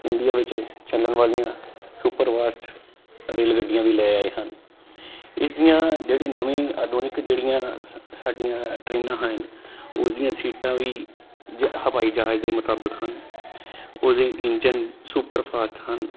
India ਵਿੱਚ ਚੱਲਣ ਵਾਲੀਆਂ ਸੁਪਰ ਫਾਸਟ ਰੇਲ ਗੱਡੀਆਂ ਵੀ ਲੈ ਆਏ ਹਨ ਇਸਦੀਆਂ ਜਿਹੜੀ ਨਵੀਂ ਆਧੁਨਿਕ ਜਿਹੜੀਆਂ ਸ ਸਾਡੀਆਂ ਟ੍ਰੇਨਾਂ ਹਨ ਉਹਦੀਆਂ ਸੀਟਾਂ ਵੀ ਹਵਾਈ ਜ ਜਹਾਜ਼ ਦੇ ਮੁਤਾਬਿਕ ਹਨ ਉਹਦੇ ਇੰਜਣ ਸੁਪਰ ਫਾਸਟ ਹਨ